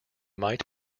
might